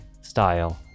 style